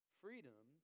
Freedom